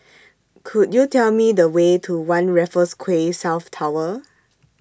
Could YOU Tell Me The Way to one Raffles Quay South Tower